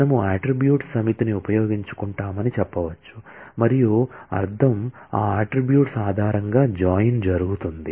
మనము అట్ట్రిబ్యూట్స్ సమితిని ఉపయోగించుకుంటామని చెప్పవచ్చు మరియు అర్ధం ఆ అట్ట్రిబ్యూట్స్ ఆధారంగా జాయిన్ జరుగుతుంది